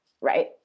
right